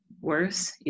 worse